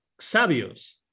Sabios